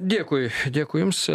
dėkui dėkui jums